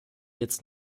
jetzt